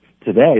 today